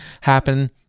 happen